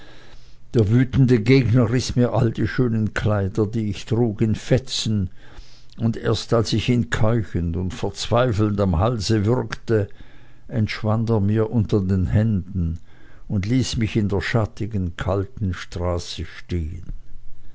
der wütende gegner riß mir alle die schönen kleider die ich trug in fetzen und erst als ich ihn keuchend und verzweifelnd am halse würgte entschwand er mir unter den händen und ließ mich in der schattigen kalten straße stehen